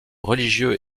religieux